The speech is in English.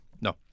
No